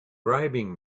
bribing